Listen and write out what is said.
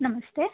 ನಮಸ್ತೆ